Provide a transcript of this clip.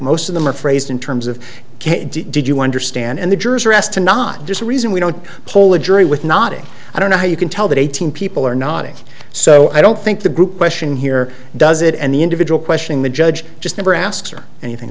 most of them are phrased in terms of did you understand and the jurors are asked to not just a reason we don't poll a jury with not a i don't know how you can tell that eighteen people are not in so i don't think the group question here does it and the individual questioning the judge just never asks or anything